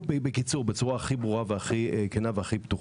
בקיצור, בצורה הכי ברורה, הכי כנה והכי פתוחה: